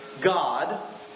God